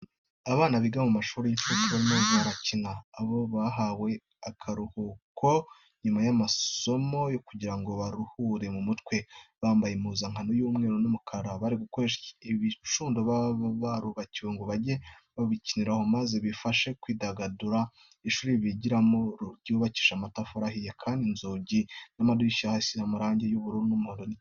Abana biga mu mashuri y'incuke barimo barakina, aho baba bahawe akaruhuko nyuma y'amasomo kugira ngo baruhure mu mutwe, bambaye impuzangano y'umweru n'umukara. Bari gukoresha ibyicundo baba barubakiwe ngo bajye babikiniraho, maze bibafashe kwidagadura. Ishuri bigiramo ryubakishije amatafari ahiye kandi ku nzugi n'amadirishya hasizeho amarange y'ubururu n'umuhondo n'icyatsi.